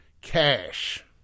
cash